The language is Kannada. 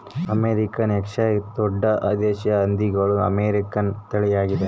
ಅಮೇರಿಕನ್ ಯಾರ್ಕ್ಷೈರ್ ದೊಡ್ಡ ದೇಶೀಯ ಹಂದಿಗಳ ಅಮೇರಿಕನ್ ತಳಿಯಾಗಿದೆ